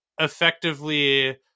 effectively